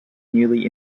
newly